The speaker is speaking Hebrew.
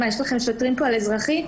יש לכם פה שוטרים על אזרחי?